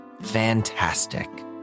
Fantastic